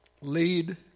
Lead